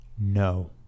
No